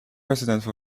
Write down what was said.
residence